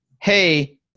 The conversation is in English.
hey